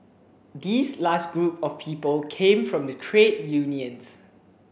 this last group of people came from the trade unions